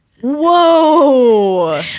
whoa